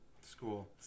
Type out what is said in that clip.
School